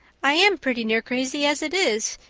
i am pretty near crazy as it is,